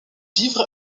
vivre